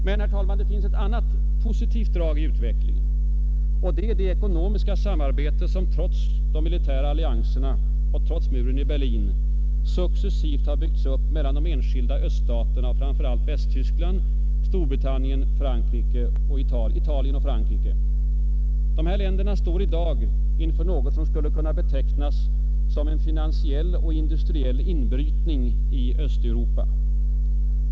Det finns emellertid, herr talman, ett annat, positivt drag i utvecklingen och det är det ekonomiska samarbete som trots de militära allianserna och trots muren i Berlin succesivt har byggts upp mellan de enskilda öststaterna och framför allt Västtyskland, Storbritannien, Italien och Frankrike. Dessa länder står i dag inför något som skulle kunna rubriceras som en finansiell och industriell inbrytning i Östeuropa.